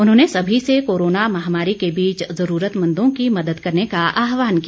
उन्होंने सभी से कोरोना महामारी के बीच जरूरतमंदों की मदद करने का आहवान किया